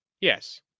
yes